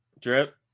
Drip